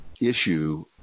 issue